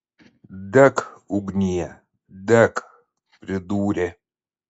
dek ugnie dek pridūrė